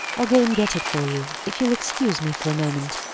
i'll go and get it for you, if you'll excuse me for a moment.